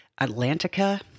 Atlantica